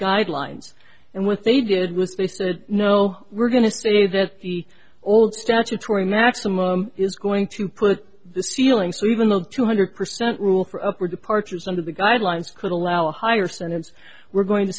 guidelines and what they did was they said no we're going to say that the old statutory maximum is going to put the ceiling so even a two hundred percent rule for upward departures under the guidelines could allow higher standards we're going to